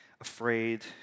afraid